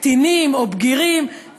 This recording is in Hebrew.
קטינים או בגירים,